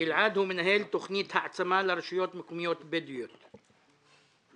מנהל תוכנית העצמה לרשויות מקומיות בדואיות בנגב.